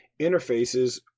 interfaces